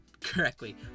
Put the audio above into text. correctly